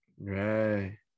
Right